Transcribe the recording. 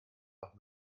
nach